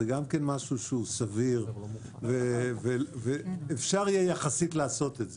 שזה גם משהו שהוא סביר ואפשר יהיה יחסית לעשות את זה,